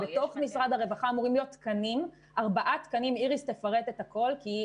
במשרד הרווחה אמורים להיות ארבעה תקנים - איריס תפרט את הכול כי היא